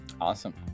awesome